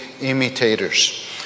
imitators